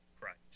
Christ